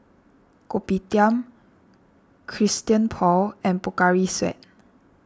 Kopitiam Christian Paul and Pocari Sweat